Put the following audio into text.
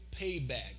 payback